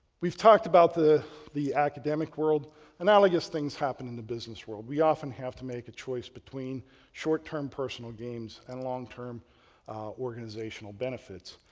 we've talked about the the academic world and analogous things happen in the business world. we often have to make a choice between short-term personal gains and long-term organizational benefits.